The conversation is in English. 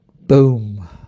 Boom